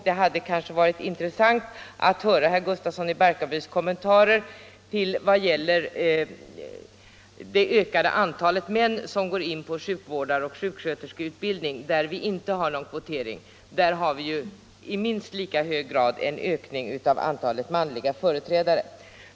Det hade varit intressant att få höra hur herr Gustafsson i Barkarby vill kommentera det faktum att ett ökat antal män nu påbörjar sjukvårdaroch sjuksköterskeutbildning. På det området har vi inte någon kvotering, och där ökar antalet manliga personer i minst lika hög grad.